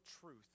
truth